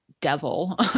devil